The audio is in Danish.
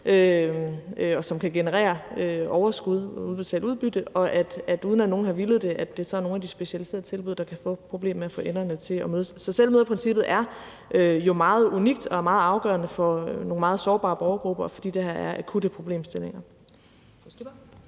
og som kan generere overskud og udbetale udbytte, og at det, uden at nogen har villet det, så er nogle af de specialiserede tilbud, der kan få problemer med at få enderne til at mødes. Så selvmøderprincippet er meget unikt og meget afgørende for nogle meget sårbare borgergrupper, fordi der er tale om akutte problemstillinger.